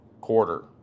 quarter